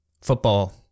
football